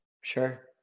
Sure